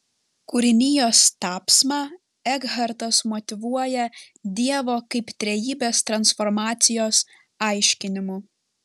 kūrinijos tapsmą ekhartas motyvuoja dievo kaip trejybės transformacijos aiškinimu